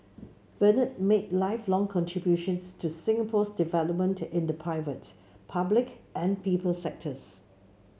Bernard made lifelong contributions to Singapore's development in the private public and people sectors